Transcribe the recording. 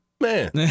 Man